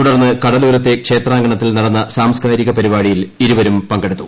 തുടർന്ന് കടലോരത്തെ പ്രക്ഷേത്രാങ്കണത്തിൽ നടന്ന സാംസ്കാരിക പരിപാടിയിൽ ഇരുവരും പങ്കെടുത്തു